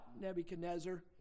Nebuchadnezzar